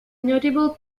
notable